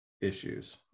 issues